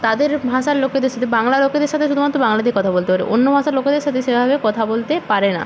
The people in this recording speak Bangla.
তাদের ভাষার লোকেদের সাথে বাংলা লোকেদের সাথে শুধুমাত্র বাংলাতেই কথা বলতে পারে অন্য ভাষার লোকেদের সাথে সেভাবে কথা বলতে পারে না